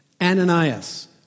Ananias